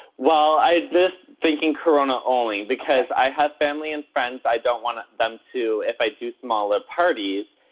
well, i missed thinking corona only because i have family and friends i don't want them to, if i do smaller parties,